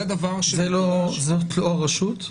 זאת לא הרשות?